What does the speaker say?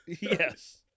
Yes